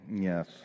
Yes